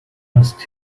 asked